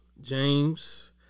James